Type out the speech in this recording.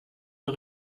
der